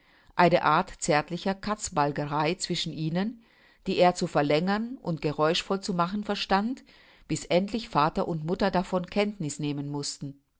eine art zärtlicher katzbalgerei zwischen ihnen die er zu verlängern und geräuschvoll zu machen verstand bis endlich vater und mutter davon kenntniß nehmen mußten